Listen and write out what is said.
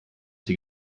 sie